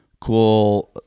cool